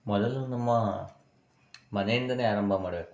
ಮೊದಲು ನಮ್ಮ ಮನೆಯಿಂದಲೇ ಆರಂಭ ಮಾಡಬೇಕು